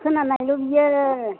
खोनानायल' बियो